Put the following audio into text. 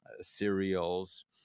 cereals